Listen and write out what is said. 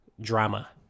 drama